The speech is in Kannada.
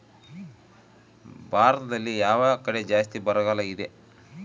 ಭಾರತದಲ್ಲಿ ಯಾವ ಕಡೆ ಜಾಸ್ತಿ ಬರಗಾಲ ಇದೆ?